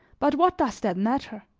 but what does that matter?